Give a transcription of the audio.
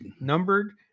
numbered